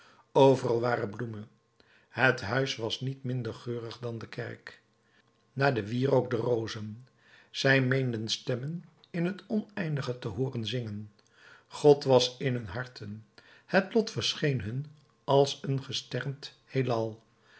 overal waren bloemen het huis was niet minder geurig dan de kerk na den wierook de rozen zij meenden stemmen in het oneindige te hooren zingen god was in hun harten het lot verscheen hun als een gesternd heelal